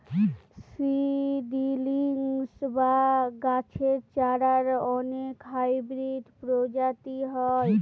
seedlings বা গাছের চারার অনেক হাইব্রিড প্রজাতি হয়